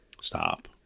Stop